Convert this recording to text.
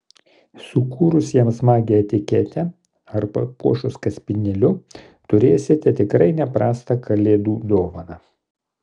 sukūrus jam smagią etiketę ar papuošus kaspinėliu turėsite tikrai ne prastą kalėdų dovaną